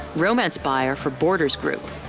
romance buyer for borders group,